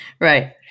Right